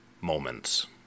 moments